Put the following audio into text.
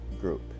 group